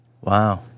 Wow